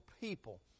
people